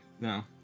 no